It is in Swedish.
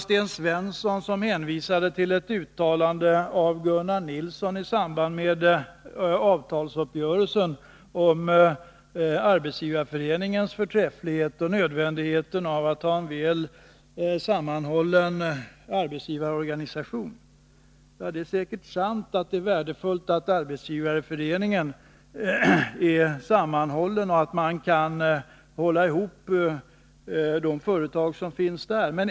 Sten Svensson hänvisade till ett uttalande av Gunnar Nilsson, i samband med avtalsuppgörelsen, om Arbetsgivareföreningens förträfflighet och nödvändigheten av att ha en väl sammanhållen arbetsgivarorganisation. Det är säkert sant att det är värdefullt att Arbetsgivareföreningen är sammanhållen och att den kan hålla ihop de företag som finns inom organisationen.